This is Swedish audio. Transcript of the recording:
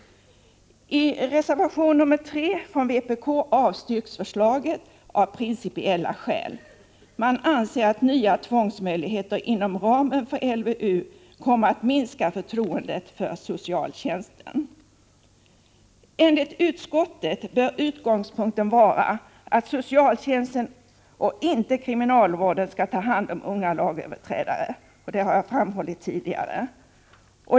I reservation 3 avstyrks förslaget av principiella skäl. Reservanterna anser att nya tvångsmöjligheter inom ramen för LVU kommer att minska förtroendet för socialtjänsten. Enligt utskottet bör utgångspunkten vara att socialtjänsten och inte kriminalvården skall ta hand om unga lagöverträdare.